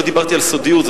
לא דיברתי על סודיות.